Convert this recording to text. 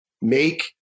make